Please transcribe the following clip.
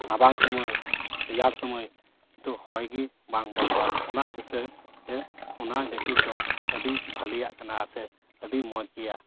ᱨᱟᱵᱟᱝ ᱥᱩᱢᱟᱹᱭ ᱨᱮᱭᱟᱲ ᱥᱩᱢᱟᱹᱭ ᱫᱚ ᱦᱚᱭᱜᱮ ᱵᱟᱝ ᱵᱚᱞᱚᱜᱼᱟ ᱚᱱᱟ ᱤᱠᱷᱟᱹᱛᱮ ᱚᱱᱟ ᱡᱮᱠᱮᱴ ᱫᱚ ᱟᱹᱰᱤ ᱵᱷᱟᱹᱞᱤᱭᱟᱜ ᱠᱟᱱᱟ ᱥᱮ ᱟᱹᱰᱤ ᱢᱚᱡᱽ ᱜᱮᱭᱟ